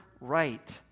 right